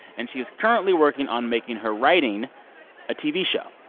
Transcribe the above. and she is currently working on making her writing a tv show.